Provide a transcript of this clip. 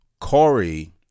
Corey